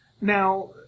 Now